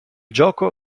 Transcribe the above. gioco